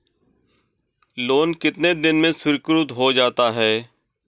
Loan कितने दिन में स्वीकृत हो जाता है?